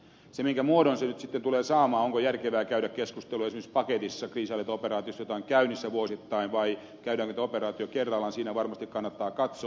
se minkä muodon se nyt sitten tulee saamaan onko järkevää käydä keskustelua esimerkiksi paketissa kriisinhallintaoperaatioista joita on käynnissä vuosittain vai käydäänkö keskustelua operaatio kerrallaan se varmasti kannattaa katsoa